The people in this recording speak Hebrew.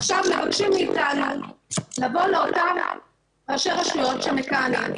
עכשיו מבקשים מאיתנו לבוא לאותם ראשי רשויות שמכהנים,